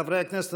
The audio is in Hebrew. חברי הכנסת,